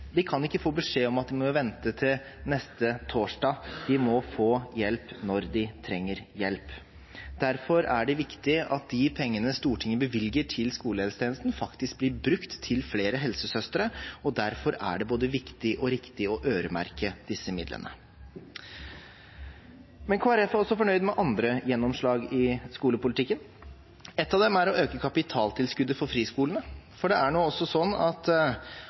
De kan ikke få beskjed om at de må vente til neste torsdag, de må få hjelp når de trenger hjelp. Derfor er det viktig at de pengene Stortinget bevilger til skolehelsetjenesten, faktisk blir brukt til flere helsesøstre, og derfor er det både viktig og riktig å øremerke disse midlene. Kristelig Folkeparti er også fornøyd med andre gjennomslag i skolepolitikken. Ett av dem er å øke kapitaltilskuddet for friskolene, for også elever i friskolen trenger tak over hodet, og i påvente av at